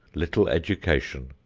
little education,